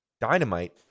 Dynamite